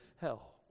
hell